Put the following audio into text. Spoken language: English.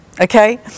okay